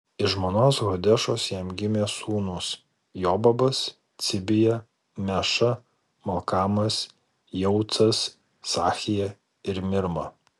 iš žmonos hodešos jam gimė sūnūs jobabas cibija meša malkamas jeucas sachija ir mirma